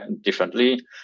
differently